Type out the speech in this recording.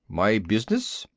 my business?